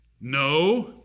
no